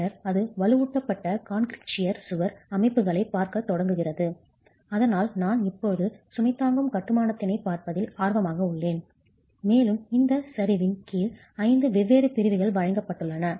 பின்னர் அது வலுவூட்டப்பட்ட கான்கிரீட் ஷியர் கத்தரிப்பது சுவர் அமைப்புகளைப் பார்க்கத் தொடங்குகிறது ஆனால் நான் இப்போது சுமை தாங்கும் கட்டுமானத்தினைப் பார்ப்பதில் ஆர்வமாக உள்ளேன் மேலும் இந்த சரிவின் கீழ் 5 வெவ்வேறு பிரிவுகள் வழங்கப்பட்டுள்ளன